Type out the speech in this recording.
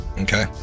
Okay